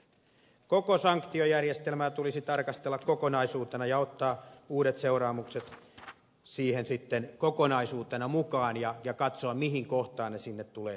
koko sanktiojärjestelmää tulisi tarkastella kokonaisuutena ja ottaa uudet seuraamukset siihen sitten kokonaisuutena mukaan ja katsoa mihin kohtaan ne sinne tulevat sijoittumaan